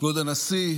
כבוד הנשיא,